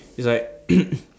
is like